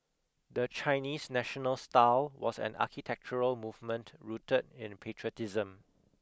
the Chinese national style was an architectural movement rooted in patriotism